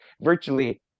virtually